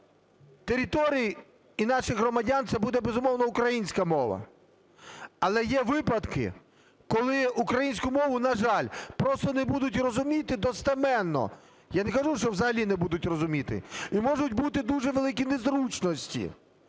територій і наших громадян це буде, безумовно, українська мова. Але є випадки, коли українську мову, на жаль, просто не будуть розуміти достеменно. Я не кажу, що взагалі не будуть розуміти. І можуть бути дуже великі незручності.